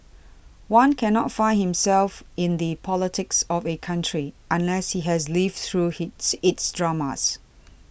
one cannot find himself in the politics of a country unless he has lived through he's its dramas